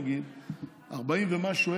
נגיד 40,000 ומשהו,